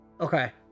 Okay